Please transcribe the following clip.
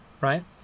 right